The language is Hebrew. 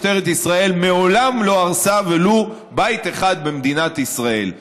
משטרת ישראל מעולם לא הרסה ולו בית אחד במדינת ישראל.